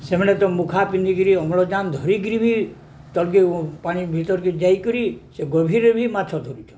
ସେମାନେ ତ ମୁଖା ପିନ୍ଧିକିରି ଅମ୍ଳଜାନ୍ ଧରିକିରି ବି ତଳ୍କେ ପାଣି ଭିତର୍କେ ଯାଇକରି ସେ ଗଭୀରରେ ବି ମାଛ ଧରୁଛନ୍